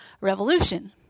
Revolution